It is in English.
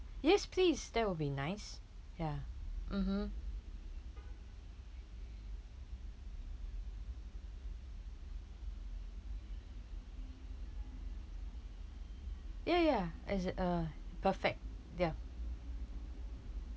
yes please that will be nice ya mmhmm ya ya as a perfect ya